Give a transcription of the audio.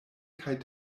kaj